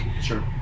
Sure